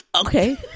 Okay